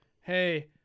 Hey